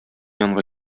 янга